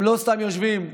הם לא סתם יושבים.